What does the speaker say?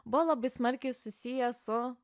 buvo labai smarkiai susiję su